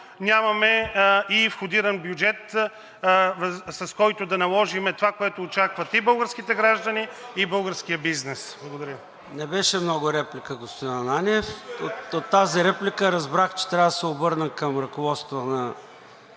Нямаме и входиран бюджет, с който да наложим това, което очакват и българските граждани, и българският бизнес. Благодаря Ви. ПРЕДСЕДАТЕЛ ЙОРДАН ЦОНЕВ: Не беше много реплика, господин Ананиев. От тази реплика разбрах, че трябва да се обърна към ръководството на